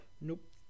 Nope